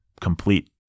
complete